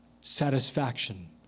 satisfaction